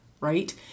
right